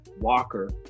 Walker